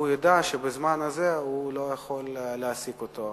הוא ידע שבזמן הזה הוא לא יכול להעסיק אותו.